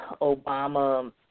Obama